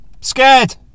Scared